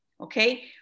Okay